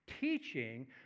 teaching